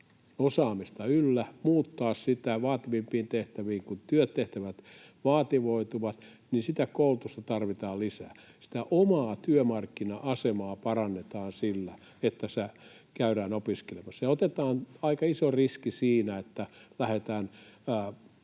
osaamista yllä, muuttaa sitä vaativampiin tehtäviin, kun työtehtävät vaativoituvat, niin sitä koulutusta tarvitaan lisää. Sitä omaa työmarkkina-asemaa parannetaan sillä, että käydään opiskelemassa ja otetaan aika iso riski siinä. Jos vaikka